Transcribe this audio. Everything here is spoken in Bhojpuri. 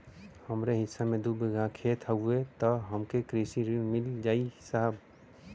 हमरे हिस्सा मे दू बिगहा खेत हउए त हमके कृषि ऋण मिल जाई साहब?